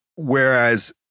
Whereas